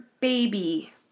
baby